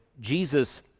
Jesus